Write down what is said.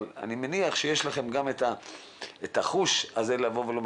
אבל אני מניח שיש לכם גם את החוש הזה לומר